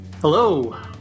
Hello